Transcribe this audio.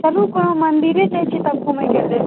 चलू तहन मन्दिरेपर दर्शन करैत छी